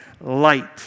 light